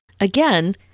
Again